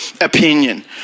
opinion